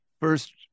first